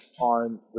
on